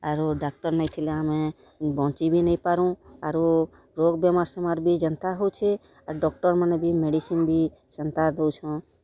ଆରୁ ଡାକ୍ତର୍ ନେଇ ଥିଲେ ଆମେ ବଞ୍ଚି ବି ନେଇଁ ପାରୁ ଆରୁ ରୋଗ୍ ବେମାର୍ ସେମାର୍ ବି ଯେନ୍ତା ହୋଉଛେ ଆର୍ ଡକ୍ଟର୍ମାନେ ବି ମେଡ଼ିସିନ୍ ବି ସେନ୍ତା ଦଉଛନ୍